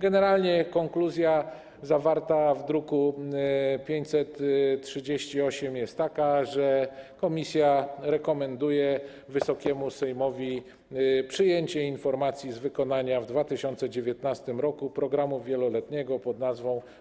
Generalnie konkluzja zawarta w druku nr 538 jest taka, że komisja rekomenduje Wysokiemu Sejmowi przyjęcie informacji z wykonania w 2019 r. programu wieloletniego pn.: